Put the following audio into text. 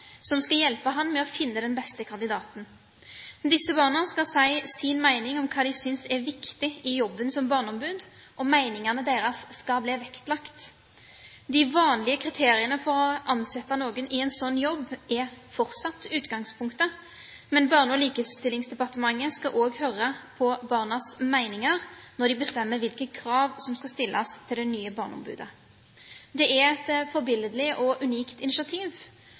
som skal hjelpe ham med å finne den beste kandidaten. Disse barna skal si sin mening om hva de synes er viktig i jobben som barneombud, og meningene deres skal bli vektlagt. De vanlige kriteriene for å ansette noen i en slik jobb er fortsatt utgangspunktet, men Barne- og likestillingsdepartementet skal også høre på barnas meninger når de bestemmer hvilke krav som skal stilles til det nye barneombudet. Det er et forbilledlig og unikt initiativ.